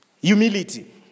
Humility